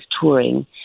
touring